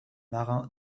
marin